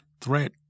threat